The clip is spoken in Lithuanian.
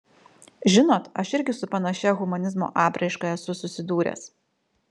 žinot aš irgi su panašia humanizmo apraiška esu susidūręs